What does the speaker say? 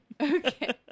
Okay